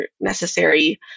necessary